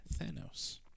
Thanos